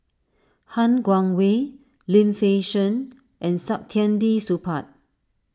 Han Guangwei Lim Fei Shen and Saktiandi Supaat